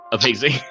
amazing